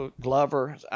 Glover